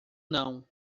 não